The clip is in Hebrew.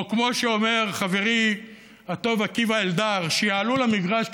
או כמו שאומר חברי הטוב עקיבא אלדר: שיעלו למגרש,